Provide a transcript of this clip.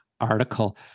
article